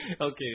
Okay